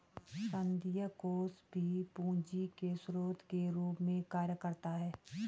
संघीय कोष भी पूंजी के स्रोत के रूप में कार्य करता है